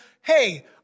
Hey